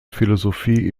philosophie